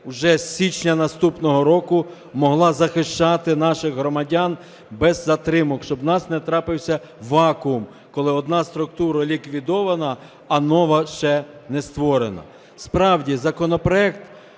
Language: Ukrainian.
вже з січня наступного року могла захищати наших громадян без затримок, щоб у нас не трапився вакуум, коли одна структура ліквідована, а нова ще не створена. Справді, законопроект